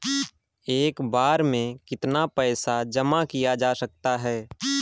एक बार में कितना पैसा जमा किया जा सकता है?